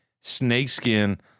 snakeskin